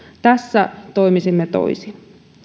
tässä toimisimme toisin